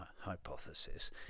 hypothesis